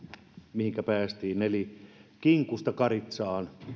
mihinkä päästiin eli kinkusta karitsaan